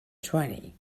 twenty